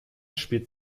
spielt